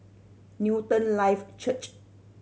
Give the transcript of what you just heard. Newton Life Church